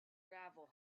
gravel